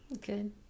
Good